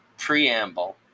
preamble